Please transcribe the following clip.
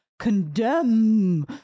Condemn